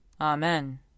Amen